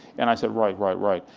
and i said, right, right, right.